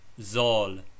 Zol